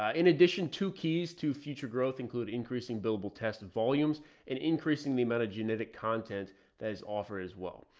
ah in addition to keys to future growth include increasing billable test volumes and increasing the amount of genetic content that is offered as well.